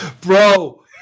Bro